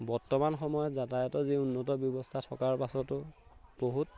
বৰ্তমান সময়ত যাতায়তৰ যি উন্নত ব্যৱস্থা থকাৰ পাছতো বহুত